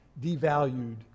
devalued